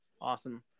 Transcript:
awesome